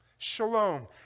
Shalom